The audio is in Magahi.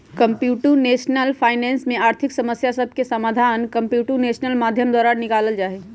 कंप्यूटेशनल फाइनेंस में आर्थिक समस्या सभके समाधान कंप्यूटेशनल माध्यम द्वारा निकालल जाइ छइ